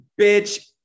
bitch